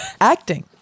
Acting